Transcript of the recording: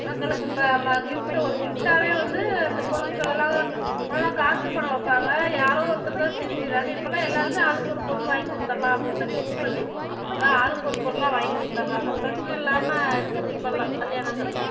மக்களுக்கு இப்போ கிஃப்ட்டு ஒரு கிஃப்டாகவே வந்து அந்த பொருட்களெலாம் முன்னாடியெலாம் காசு பணம் வைப்பாங்க யாரோ ஒருத்தர் தான் சீர் செய்வாங்க இப்பெலாம் எல்லாேருமே ஆளுக்கு ஒரு பொருள் வாங்கி கொடுத்தடுலாம் அப்படின்னு சொல்லி ஃபிக்ஸ் பண்ணி இப்பெலாம் ஆளுக்கு ஒரு பொருளாக வாங்கி கொடுத்தடுறாங்க பிரச்சின இல்லாமல் இருக்குது இப்பெல்லாம் கல்யாணங்கள்